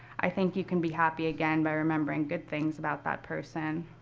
i think you can be happy again by remembering good things about that person.